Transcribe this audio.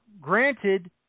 granted